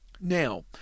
Now